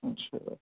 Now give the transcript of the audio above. اچھا